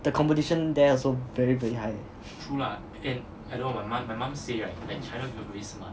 the competition there also very very high eh